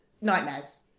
nightmares